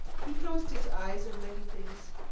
he closed his eyes in many things,